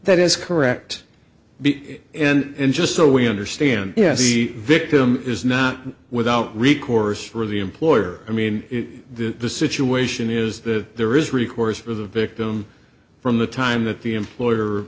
that is correct b and just so we understand yes the victim is not without recourse for the employer i mean the situation is that there is recourse for the victim from the time that the employer